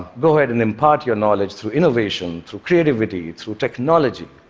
go ahead and impart your knowledge through innovation, through creativity, through technology,